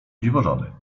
dziwożony